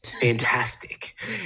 Fantastic